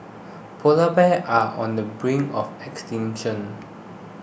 Polar Bears are on the brink of extinction